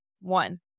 One